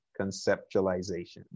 conceptualization